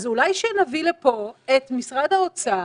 אז אולי שנביא לפה את משרד האוצר,